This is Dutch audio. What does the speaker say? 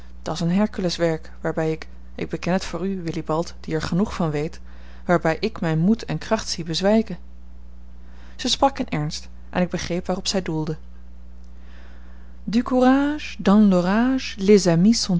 dat's een herculeswerk waarbij ik ik beken het voor u willibald die er genoeg van weet waarbij ik mijn moed en kracht zie bezwijken zij sprak in ernst en ik begreep waarop zij doelde du